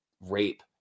rape